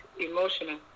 emotional